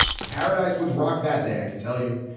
the paradise was rock that day, i can tell you.